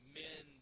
men